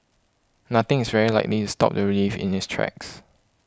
nothing is very likely to stop the relief in its tracks